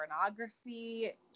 pornography